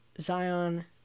Zion